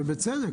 ובצדק.